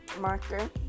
marker